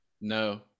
No